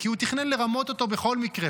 כי הוא תכנן לרמות אותו בכל מקרה,